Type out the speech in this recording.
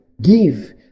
Give